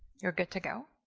you're good to go.